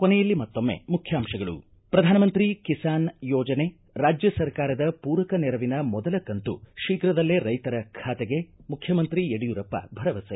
ಕೊನೆಯಲ್ಲಿ ಮತ್ತೊಮ್ಮೆ ಮುಖ್ಯಾಂಶಗಳು ಪ್ರಧಾನಮಂತ್ರಿ ಕಿಸಾನ್ ಯೋಜನೆ ರಾಜ್ಯ ಸರ್ಕಾರದ ಪೂರಕ ನೆರವಿನ ಮೊದಲ ಕಂತು ಶೀಘ್ರದಲ್ಲೇ ರೈತರ ಖಾತೆಗೆ ಮುಖ್ಯಮಂತ್ರಿ ಯಡಿಯೂರಪ್ಪ ಭರವಸೆ